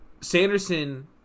Sanderson